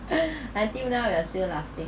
until now you are still laughing